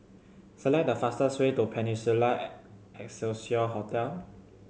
select the fastest way to Peninsula Excelsior Hotel